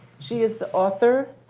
she is the author,